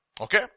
okay